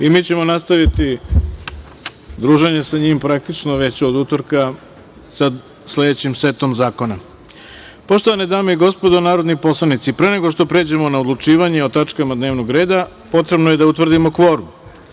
ćemo nastaviti druženje sa njim praktično već od utorka sa sledećim setom zakona. Poštovane dame i gospodo narodni poslanici, pre nego što pređemo na odlučivanje o tačkama dnevnog reda, potrebno je da utvrdimo